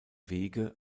wege